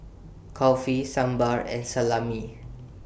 Kulfi Sambar and Salami